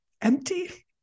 empty